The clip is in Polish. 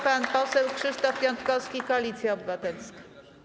Pan poseł Krzysztof Piątkowski, Koalicja Obywatelska.